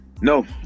No